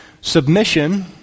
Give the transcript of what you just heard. Submission